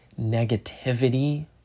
negativity